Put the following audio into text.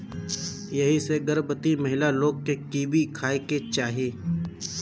एही से गर्भवती महिला लोग के कीवी खाए के चाही